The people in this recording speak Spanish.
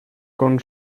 con